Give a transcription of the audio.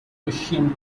prussian